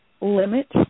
limit